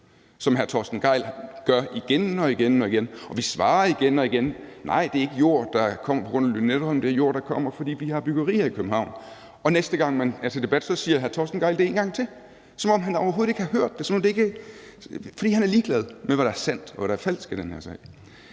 som hr. Torsten Gejl gør igen og igen. Og vi svarer igen og igen: Nej, det er ikke jord, der kommer på grund af Lynetteholmen, det er jord, der kommer, fordi vi har byggerier i København. Og næste gang der er debat, siger hr. Torsten Gejl det en gang til, som om han overhovedet ikke har hørt det, fordi han er ligeglad med, hvad der er sandt og hvad der er falsk i den her sag.